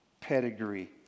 pedigree